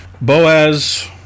Boaz